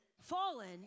fallen